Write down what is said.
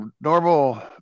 Normal